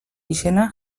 izena